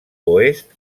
oest